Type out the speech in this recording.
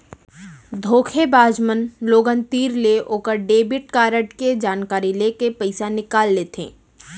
धोखेबाज बाज मन लोगन तीर ले ओकर डेबिट कारड ले जानकारी लेके पइसा निकाल लेथें